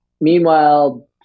Meanwhile